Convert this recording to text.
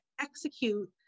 execute